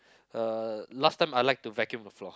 uh last time I like to vacuum the floor